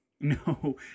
No